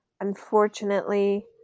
unfortunately